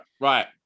Right